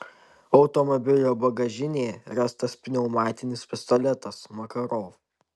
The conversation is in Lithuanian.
automobilio bagažinėje rastas pneumatinis pistoletas makarov